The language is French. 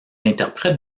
interprète